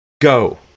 go